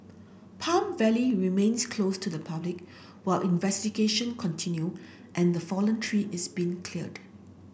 Palm Valley remains closed to the public while investigation continue and the fallen tree is being cleared